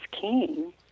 king